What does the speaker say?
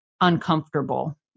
uncomfortable